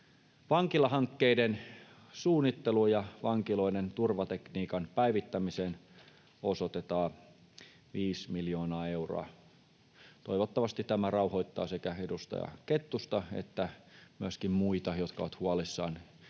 Vankilahankkeiden suunnitteluun ja vankiloiden turvatekniikan päivittämiseen osoitetaan 5 miljoonaa euroa. Toivottavasti tämä rauhoittaa sekä edustaja Kettusta että myöskin muita, jotka ovat huolissaan